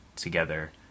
together